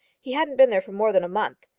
he hadn't been there for more than a month.